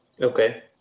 Okay